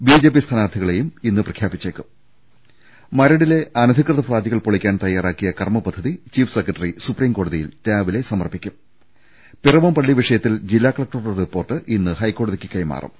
B J P സ്ഥാനാർത്ഥികളെ ഇന്ന് പ്രഖ്യാപിച്ചേക്കും മരടിലെ അനധികൃത ഫ്ളാറ്റുകൾ പൊളിക്കാൻ തയ്യാറാക്കിയ കർമ്മപ ദ്ധതി ചീഫ് സെക്രട്ടറി സുപ്രീം കോടതിയിൽ രാവിലെ സമർപ്പിക്കും പിറവം പള്ളി വിഷയത്തിൽ ജില്ലാ കലക്ടറുടെ റിപ്പോർട്ട് ഇന്ന് ഹൈക്കോ ടതിക്ക് കൈമാറും